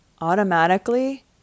automatically